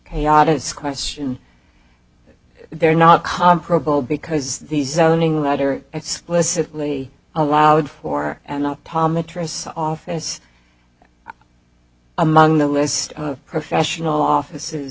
a audits question they're not comparable because the zoning writer explicitly allowed for an optometrist's office among the list of professional office